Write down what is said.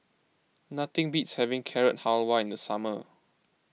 nothing beats having Carrot Halwa in the summer